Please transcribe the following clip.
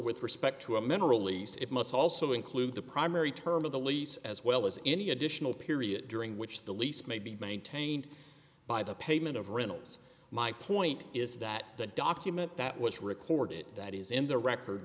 with respect to a mineral lease it must also include the primary term of the lease as well as any additional period during which the lease may be maintained by the payment of rentals my point is that the document that was recorded that is in the record